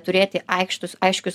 turėti aikštus aiškius